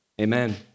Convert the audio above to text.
amen